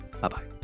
Bye-bye